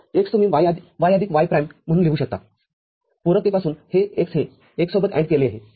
तर x तुम्ही y आदिक y प्राईम म्हणून लिहू शकता पुरकतेपासून हे x हे एकसोबत AND केले आहे